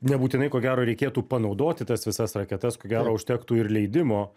nebūtinai ko gero reikėtų panaudoti tas visas raketas ko gero užtektų ir leidimo